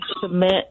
submit